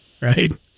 right